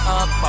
up